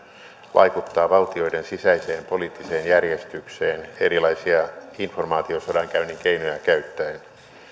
vaikuttaa valtioiden sisäiseen poliittiseen järjestykseen erilaisia informaatiosodankäynnin keinoja käyttäen